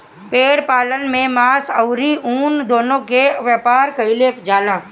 भेड़ पालन से मांस अउरी ऊन दूनो के व्यापार कईल जाला